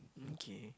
okay